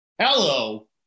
Hello